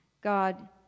God